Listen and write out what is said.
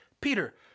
Peter